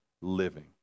living